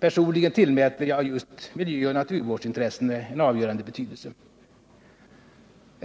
Personligen tillmäter jag just miljöoch naturvårdsintressena en avgörande betydelse.